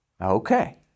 Okay